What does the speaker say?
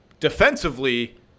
defensively